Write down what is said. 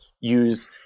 use